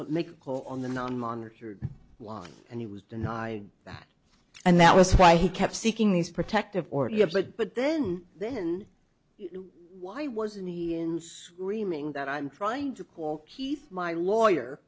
or make a call on the non monetary line and he was denied that and that was why he kept seeking these protective order but but then then why wasn't he in screaming that i'm trying to call keith my lawyer